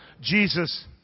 Jesus